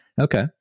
okay